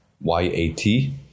Y-A-T